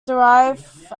derived